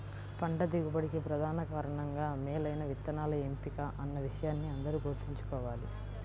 పంట దిగుబడికి ప్రధాన కారణంగా మేలైన విత్తనాల ఎంపిక అన్న విషయాన్ని అందరూ గుర్తుంచుకోవాలి